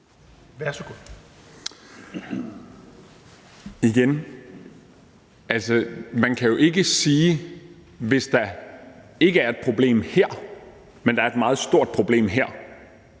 Jens Joel (S): Altså, igen kan man jo, hvis der ikke er et problem her, men der er et meget stort problem der,